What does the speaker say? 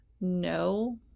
no